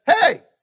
Hey